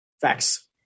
facts